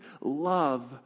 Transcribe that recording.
love